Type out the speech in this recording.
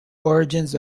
origins